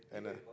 and uh